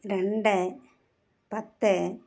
രണ്ട് പത്ത്